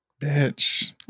bitch